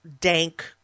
dank